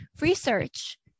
research